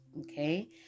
Okay